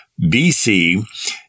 BC